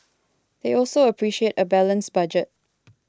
they also appreciate a balanced budget